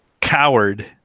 Coward